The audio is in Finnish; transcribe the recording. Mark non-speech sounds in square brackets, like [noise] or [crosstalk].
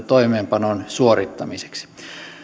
[unintelligible] toimeenpanon suorittamiseksi